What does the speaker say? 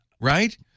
right